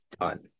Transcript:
done